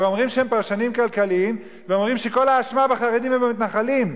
אבל אומרים שהם פרשנים כלכליים ואומרים שכל האשמה בחרדים ובמתנחלים.